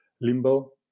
Limbo